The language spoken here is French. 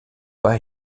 pas